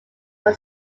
from